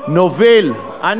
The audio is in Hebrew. אני פה, אני